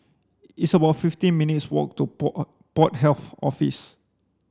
it's about fifteen minutes' walk to Port Health Office